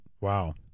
Wow